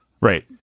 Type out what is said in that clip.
Right